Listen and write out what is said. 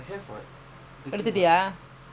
இன்னும்முடிக்கல:innum mudikkala